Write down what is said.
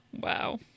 Wow